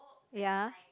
ya